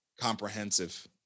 comprehensive